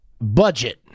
Budget